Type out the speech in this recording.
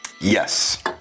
Yes